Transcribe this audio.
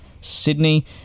Sydney